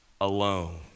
alone